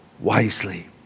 wisely